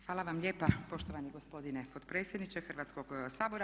Hvala vam lijepa poštovani gospodine potpredsjedniče Hrvatskog sabora.